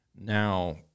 now